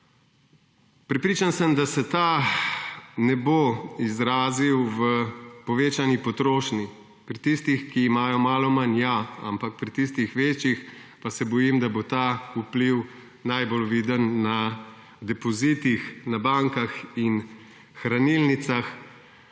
prepričan sem, da se ta ne bo izrazil v povečani potrošnji; pri tistih, ki imajo malo manj, ja, ampak pri tistih večjih pa se bojim, da bo ta vpliv najbolj viden pri depozitih v bankah in hranilnicah.